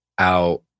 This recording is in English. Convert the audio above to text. out